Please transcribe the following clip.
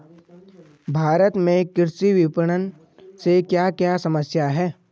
भारत में कृषि विपणन से क्या क्या समस्या हैं?